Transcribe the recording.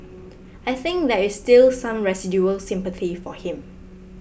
I think there is still some residual sympathy for him